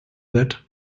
that